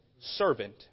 servant